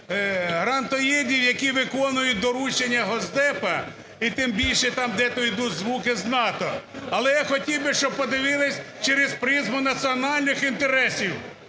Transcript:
грантоїдів, які виконують доручення Госдепу і тим більше там, де йдуть звуки з НАТО. Але я хотів би, щоб подивилися через призму національних інтересів,